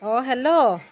অঁ হেল্ল'